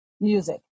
music